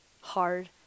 hard